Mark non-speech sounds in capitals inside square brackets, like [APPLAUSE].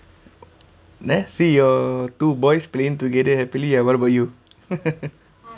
nah see your two boys playing together happily and what about you [LAUGHS]